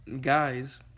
guys